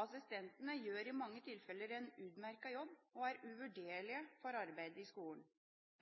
Assistentene gjør i mange tilfeller en utmerket jobb og er uvurderlige for arbeidet i skolen,